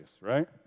right